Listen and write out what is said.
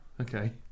okay